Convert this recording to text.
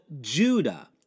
Judah